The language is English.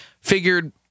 figured